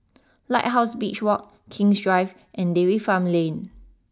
Lighthouse Beach walk King's Drive and Dairy Farm Lane